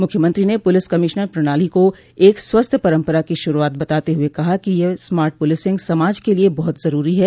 मुख्यमंत्री ने police commissioner पणाली को एक स्वस्थ्य परम्परा की शुरूआत बताते हुए कहा कि यह स्मार्ट पुलिसिंग समाज के लिये बहुत जरूरी है